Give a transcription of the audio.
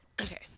okay